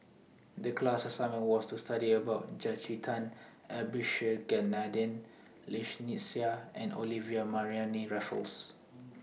The class assignment was to study about Jacintha Abisheganaden Lynnette Seah and Olivia Mariamne Raffles